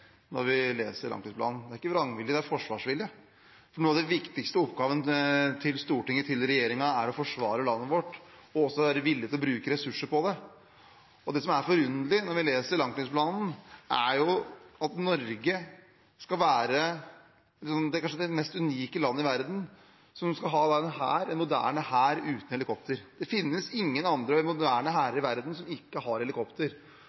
når vi leser langtidsplanen. Det er ikke vrangvilje, det er forsvarsvilje. For noe av den viktigste oppgaven til Stortinget og regjeringen er å forsvare landet vårt og også være villige til å bruke ressurser på det. Det som er forunderlig, når vi leser langtidsplanen, er at Norge skal være kanskje det mest unike landet i verden, ved at vi skal ha en moderne hær uten helikopter. Det finnes ingen andre moderne hærer i verden som ikke har helikopter.